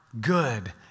good